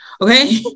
Okay